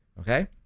okay